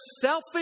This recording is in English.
selfish